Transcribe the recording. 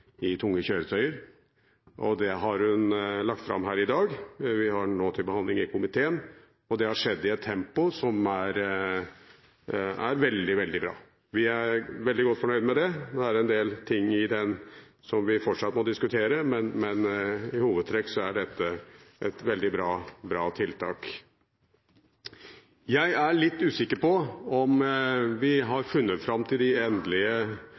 tunge kjøretøyer. Dette har hun lagt fram her i dag – vi har nå saken til behandling i komiteen – og det har skjedd i et tempo som er veldig, veldig bra, og vi er veldig godt fornøyd med det. Det er en del ting som vi fortsatt må diskutere, men i hovedtrekk er dette et veldig bra tiltak. Jeg er litt usikker på om vi har funnet fram til de endelige